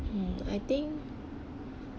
mm I think